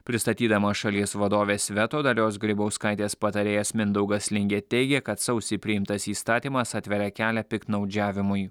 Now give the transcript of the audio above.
pristatydama šalies vadovės veto dalios grybauskaitės patarėjas mindaugas lingė teigia kad sausį priimtas įstatymas atveria kelią piktnaudžiavimui